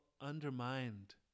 undermined